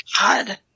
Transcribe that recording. God